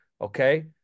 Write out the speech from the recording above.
okay